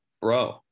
bro